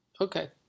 okay